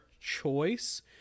choice